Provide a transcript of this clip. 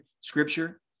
scripture